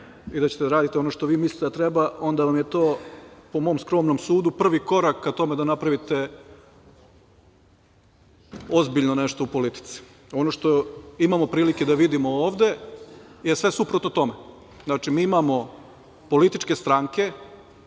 i da ćete da raditi ono što vi mislite da treba, onda vam je to, po mom skromnom sudu, prvi korak ka tome da napravite ozbiljno nešto u politici. Ono što imamo prilike da vidimo ovde je sve suprotno tome. Znači mi imamo političke stranke